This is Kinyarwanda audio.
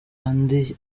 andi